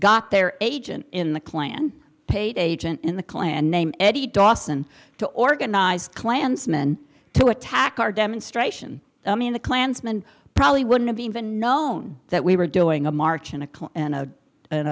got their agent in the klan paid agent in the clan name eddie dawson to organize klansmen to attack our demonstration i mean the klansmen probably wouldn't have even known that we were doing a march in a